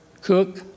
Cook